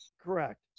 Correct